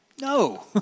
No